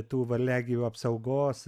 tų varliagyvių apsaugos